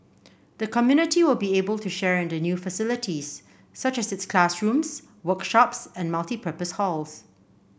the community will be able to share in the new facilities such as its classrooms workshops and multipurpose hall